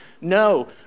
No